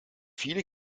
viele